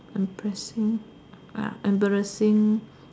embarrassing ya embarrassing